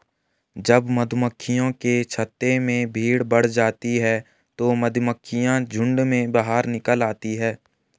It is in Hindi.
जब मधुमक्खियों के छत्ते में भीड़ बढ़ जाती है तो मधुमक्खियां झुंड में बाहर निकल आती हैं